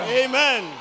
amen